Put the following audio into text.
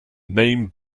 name